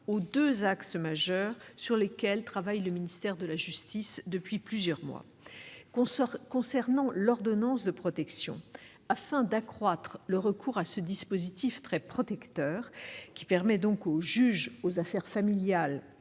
aux deux axes majeurs sur lesquels travaille le ministère de la justice depuis plusieurs mois. Concernant l'ordonnance de protection, afin d'accroître le recours à ce dispositif très protecteur qui permet au juge aux affaires familiales